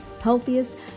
healthiest